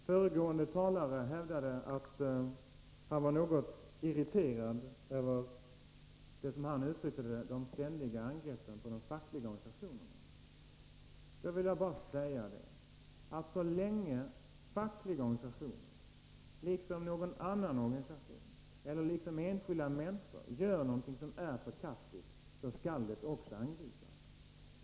Herr talman! Föregående talare hävdade att han var något irriterad över, som han uttryckte det, de ständiga angreppen på de fackliga organisationerna. Så länge fackliga organisationer — lika väl som någon annan organisation eller lika väl som enskilda människor — gör någonting som är förkastligt skall de också angripas.